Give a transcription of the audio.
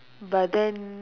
but then